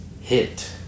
hit